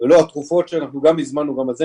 ולא התרופות שאנחנו גם הזמנו גם את זה